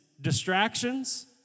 distractions